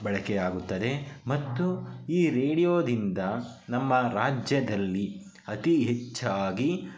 ಬಳಕೆಯಾಗುತ್ತದೆ ಮತ್ತು ಈ ರೇಡಿಯೋದಿಂದ ನಮ್ಮ ರಾಜ್ಯದಲ್ಲಿ ಅತಿ ಹೆಚ್ಚಾಗಿ